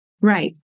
Right